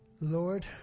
Lord